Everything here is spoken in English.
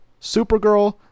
Supergirl